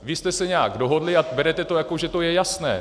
Vy jste se nějak dohodli a berete to, jako že to je jasné.